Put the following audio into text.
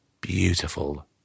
beautiful